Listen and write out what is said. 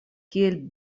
kiel